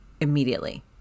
immediately